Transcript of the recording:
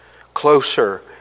closer